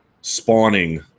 spawning